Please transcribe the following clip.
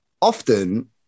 Often